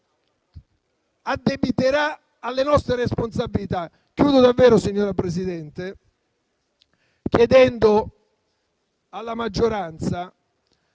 addebiterà alle nostre responsabilità. Chiudo davvero, signora Presidente, chiedendo alla maggioranza